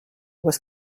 was